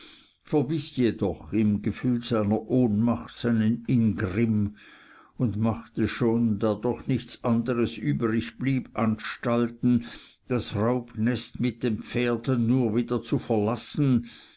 verbiß jedoch im gefühl seiner ohnmacht seinen ingrimm und machte schon da doch nichts anders übrigblieb anstalten das raubnest mit den pferden nur wieder zu verlassen